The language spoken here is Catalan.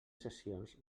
sessions